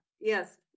Yes